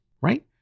right